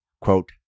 quote